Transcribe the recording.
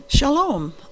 Shalom